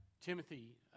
Timothy